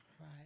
right